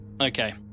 Okay